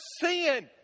sin